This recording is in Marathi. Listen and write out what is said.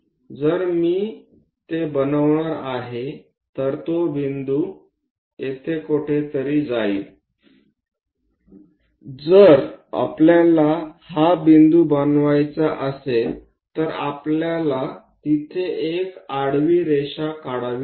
जर मी ते बनवणार आहे तर तो बिंदू येथे कुठेतरी जाईल जर आपल्याला हा बिंदू बनवायचा असेल तर आपल्याला तिथे एक आडवी रेषा काढावी लागेल